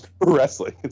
Wrestling